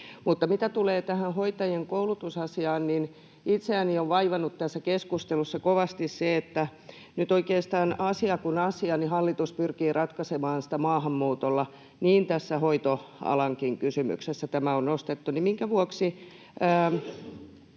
Mutta mitä tulee tähän hoitajien koulutusasiaan, niin itseäni on vaivannut tässä keskustelussa kovasti se, että nyt oikeastaan asiaa kuin asiaa hallitus pyrkii ratkaisemaan maahanmuutolla. Tässä hoitoalan kysymyksessäkin tämä on nostettu. Minkä vuoksi